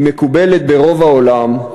היא מקובלת ברוב העולם,